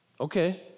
Okay